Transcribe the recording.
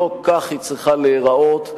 לא כך היא צריכה להיראות,